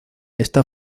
está